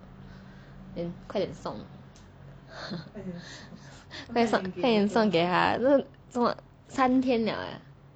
then 快点送 快点送给他三天了 leh